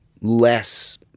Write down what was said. less